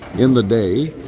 in the day,